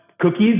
cookies